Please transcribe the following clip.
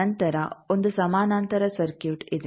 ನಂತರ ಒಂದು ಸಮಾನಾಂತರ ಸರ್ಕ್ಯೂಟ್ ಇದೆ